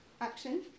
action